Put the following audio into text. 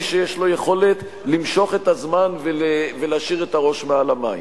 מי שיש לו יכולת למשוך את הזמן ולהשאיר את הראש מעל המים.